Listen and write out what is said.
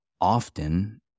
often